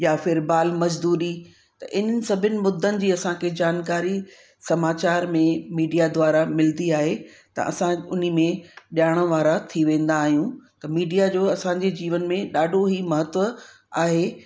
या फिर बाल मज़दूरी त इन सभिनि मुदनि जी असांखे जानकारी समाचार में मीडिया द्वारा मिलंदी आहे त असां उन में ॼाण वारा थी वेंदा आहियूं त मीडिया जो असांजे जीवन में ॾाढो ई महत्व आहे